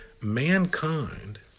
mankind